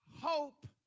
hope